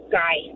guy